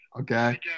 Okay